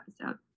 episode